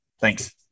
Thanks